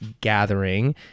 gathering